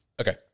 okay